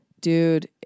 Dude